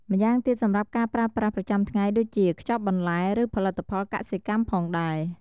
ម្យ៉ាងទៀតសម្រាប់ការប្រើប្រាស់ប្រចាំថ្ងៃ ដូចជា ខ្ចប់បន្លែ ឬផលិតផលកសិកម្មផងដែរ។